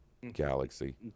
Galaxy